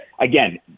again